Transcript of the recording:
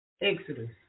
Exodus